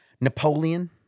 Napoleon